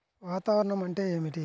వాతావరణం అంటే ఏమిటి?